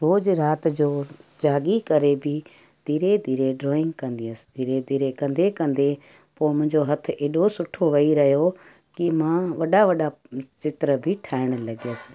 रोज़ राति जो जाॻी करे बि धीरे धीरे ड्रॉइंग कंदी हुअसि धीरे धीरे कंदे कंदे पोइ मुंहिंजो हथु एॾो सुठो वेही रहियो की मां वॾा वॾा चित्र बि ठाहिणु लॻियसि